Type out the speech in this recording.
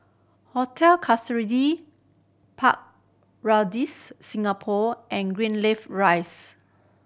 Hotel Park Regis Singapore and Greenleaf Rise